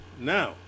Now